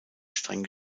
streng